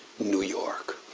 new york.